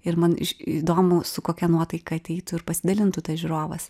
ir man įdomu su kokia nuotaika ateitų ir pasidalintų tas žiūrovas